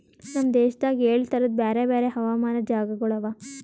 ನಮ್ ದೇಶದಾಗ್ ಏಳು ತರದ್ ಬ್ಯಾರೆ ಬ್ಯಾರೆ ಹವಾಮಾನದ್ ಜಾಗಗೊಳ್ ಅವಾ